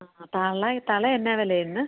ആ തള തള എന്നാ വിലയാണ് ഇന്ന്